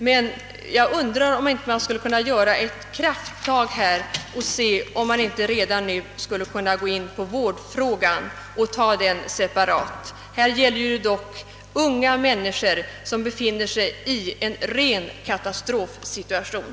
Men jag undrar om man inte skulle kunna ta ett krafttag och se efter om det inte vore möjligt att redan nu gå in på vårdfrågan separat. Det gäller dock unga människor som befinner sig i en ren katastrofsituation.